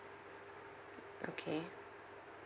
okay